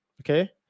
Okay